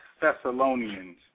Thessalonians